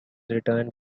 returned